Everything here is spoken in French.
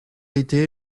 été